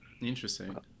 interesting